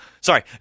Sorry